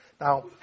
Now